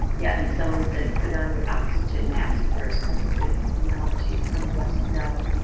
yeah, and someone said put on your oxygen mask first. that's a good analogy, some of us know,